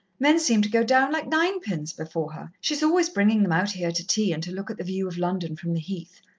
men seem to go down like ninepins before her. she's always bringing them out here to tea, and to look at the view of london from the heath.